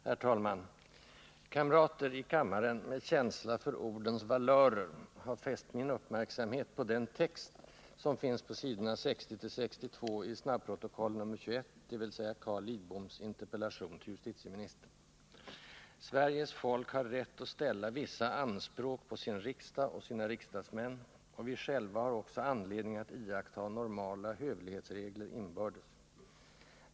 Herr talman! Kamrater i kammaren med känsla för ordens valörer har fäst min uppmärksamhet på den text som finns på s. 60-62 i snabbprotokoll nr 21, dvs. Carl Lidboms interpellation till justitieministern. Sveriges folk har rätt att ställa vissa anspråk på sin riksdag och sina riksdagsmän, och vi själva har också anledning att iaktta normala hövlighetsregler inbördes.